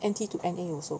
N_T to N_A also